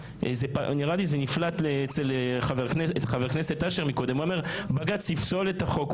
נראה לי שזה נפלט לחבר הכנסת יעקב אשר שאמר שבג"ץ אולי יפסול את החוק.